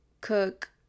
cook